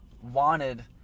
wanted